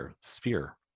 sphere